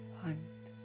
hunt